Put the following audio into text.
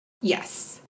Yes